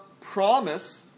promise